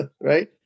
Right